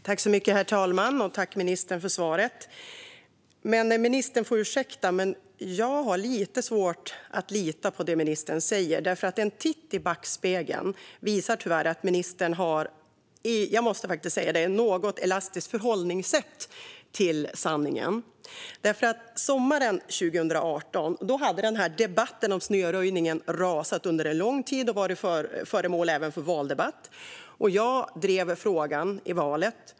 Herr talman! Tack, ministern, för svaret! Ministern får ursäkta, men jag har lite svårt att lita på det ministern säger. En titt i backspegeln visar tyvärr att ministern har ett, måste jag faktiskt säga, något elastiskt sätt att förhålla sig till sanningen. Sommaren 2018 hade debatten om snöröjningen rasat under en lång tid och var även föremål för valdebatt. Jag drev frågan i valet.